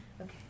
Okay